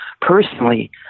personally